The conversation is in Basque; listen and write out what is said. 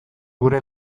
gure